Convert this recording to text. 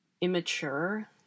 immature